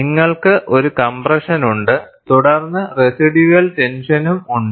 നിങ്ങൾക്ക് ഒരു കംപ്രഷൻ ഉണ്ട് തുടർന്ന് റെസിഡ്യൂവൽ ടെൻഷനും ഉണ്ട്